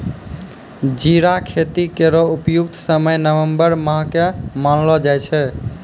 जीरा खेती केरो उपयुक्त समय नवम्बर माह क मानलो जाय छै